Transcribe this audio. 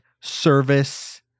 service